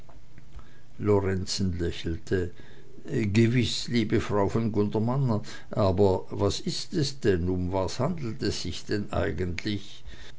lorenzen lächelte gewiß liebe frau von gundermann aber was ist es denn um was handelt es sich denn eigentlich